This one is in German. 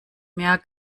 mehr